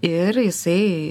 ir jisai